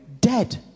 dead